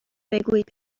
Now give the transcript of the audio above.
بگویید